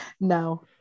No